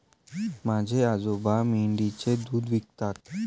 माझे आजोबा मेंढीचे दूध विकतात